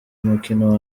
umukino